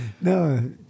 No